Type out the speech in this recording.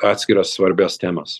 atskiras svarbias temas